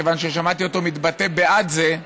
כיוון ששמענו אותו מתבטא בעד זה,